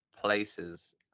places